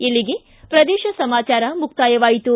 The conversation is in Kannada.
ಇಲ್ಲಿಗೆ ಪ್ರದೇಶ ಸಮಾಚಾರ ಮುಕ್ತಾಯವಾಯಿತು